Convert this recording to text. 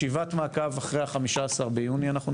ישיבת מעקב אחרי ה-15 ביוני אנחנו נקיים.